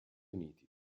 uniti